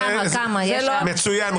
מצוין.